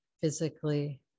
physically